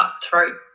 cutthroat